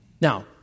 Now